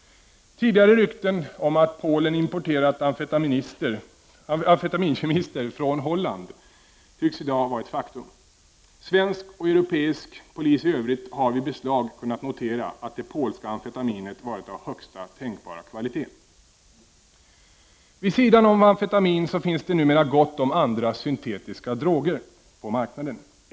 Tidigare rykten om att Polen importerat amfetaminkemister från Holland tycks i dag vara ett faktum. Svensk och övrig europeisk polis har vid beslag kunnat notera att det polska amfetaminet varit av högsta tänkbara kvalitet. Vid sidan om amfetamin finns det numera gott om andra syntetiska droger på marknaden.